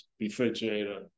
refrigerator